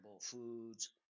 foods